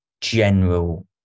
general